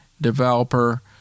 developer